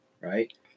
Right